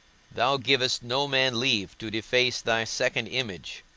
thou givest no man leave to deface thy second image,